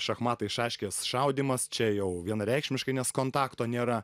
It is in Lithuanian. šachmatai šaškės šaudymas čia jau vienareikšmiškai nes kontakto nėra